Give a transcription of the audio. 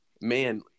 man